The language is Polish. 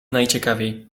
najciekawiej